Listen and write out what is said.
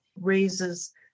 raises